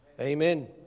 Amen